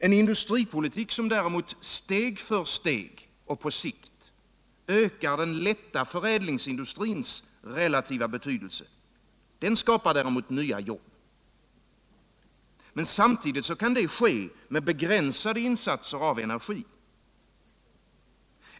En industripolitik som däremot steg för steg och på sikt ökar den tätta förädlingsindustrins relativa betydelse skapar däremot nya jobb. Samtidigt kan detta åstadkommas med begränsade insatser av energi.